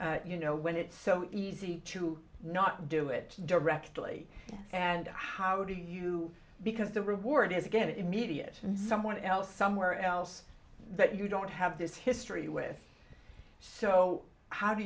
you know when it's so easy to not do it directly and how do you because the reward is going to immediate someone else somewhere else that you don't have this history with so how do